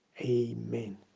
amen